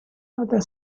other